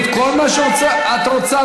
הצביעות,